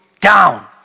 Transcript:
down